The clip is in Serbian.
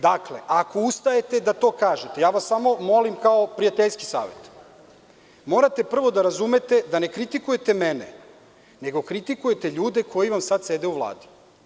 Dakle, ako ustajete da to kažete, molim vas, prijateljski savet, morate prvo da razumete da ne kritikujete mene, nego kritikujete ljude koji vam sada sede u Vladi.